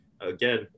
again